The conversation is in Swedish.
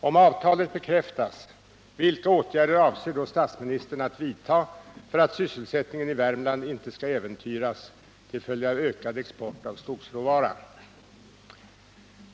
Om avtalet bekräftas, vilka åtgärder avser då statsministern att vidta för att sysselsättningen i Värmland inte skall äventyras till följd av en ökad export av skogsråvara?